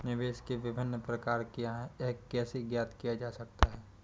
निवेश के विभिन्न प्रकार क्या हैं यह कैसे किया जा सकता है?